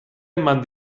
eman